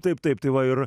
taip taip tai va ir